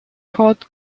court